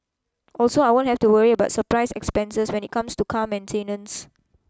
also I won't have to worry about surprise expenses when it comes to car maintenance